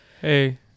hey